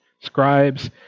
scribes